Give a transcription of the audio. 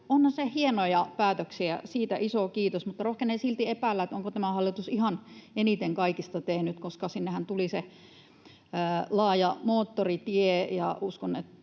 ne hienoja päätöksiä — siitä iso kiitos — mutta rohkenen silti epäillä, onko tämä hallitus ihan kaikista eniten tehnyt, koska sinnehän tuli se laaja moottoritie